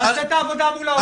תעשה את העבודה מול האוצר.